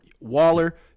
Waller